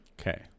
Okay